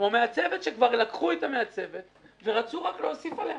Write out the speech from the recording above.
כמו מעצבת שכבר לקחו אותה ורצו רק להוסיף עליה,